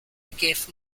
gave